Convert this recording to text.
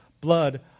blood